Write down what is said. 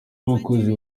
abayobozi